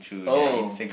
oh